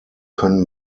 können